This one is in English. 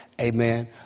Amen